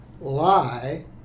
lie